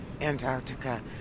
Antarctica